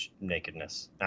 nakedness